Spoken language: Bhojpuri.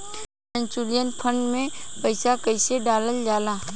म्यूचुअल फंड मे पईसा कइसे डालल जाला?